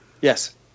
yes